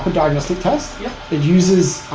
diagnostic test. it uses